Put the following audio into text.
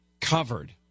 covered